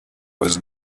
was